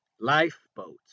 Lifeboats